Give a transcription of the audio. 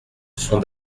sont